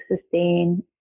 sustain